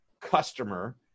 customer